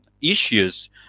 issues